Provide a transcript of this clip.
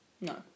No